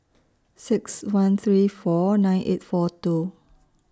six one three four nine eight four two